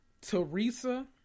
Teresa